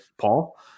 Paul